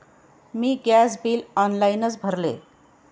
मी gas bill ऑनलाइनच भरले